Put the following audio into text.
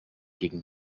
gegen